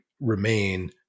remain